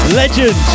legend